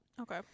okay